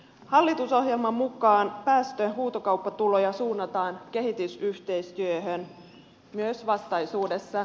hallitusohjelman mukaan päästöhuutokauppatuloja suunnataan kehitysyhteistyöhön myös vastaisuudessa